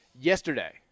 Yesterday